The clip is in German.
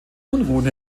unruhen